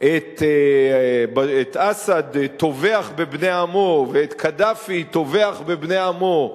את אסד טובח בבני עמו ואת קדאפי טובח בבני עמו,